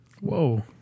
Whoa